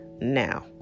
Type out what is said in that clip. now